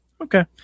Okay